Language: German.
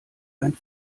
ein